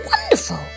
wonderful